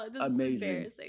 amazing